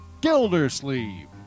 Gildersleeve